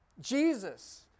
Jesus